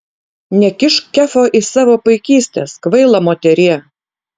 nekišk kefo į savo paikystes kvaila moterie